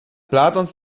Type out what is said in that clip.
platons